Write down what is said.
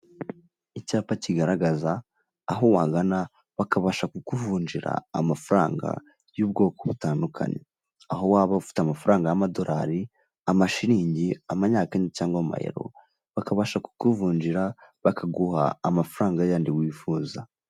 Icyapa kigaragaza aho wagana bakabasha kukuvunjira amafaranga y'ubwoko butandukanye, aho waba ufite amafaranga y'Amadorari, Amashiringi ,Amanyakenya cyangwa Amayero, bakabasha kukuvunjira bakaguha amafaranga yandi wifuza.